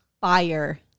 fire